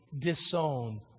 disown